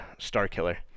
Starkiller